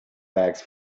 bags